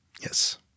yes